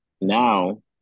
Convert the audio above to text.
now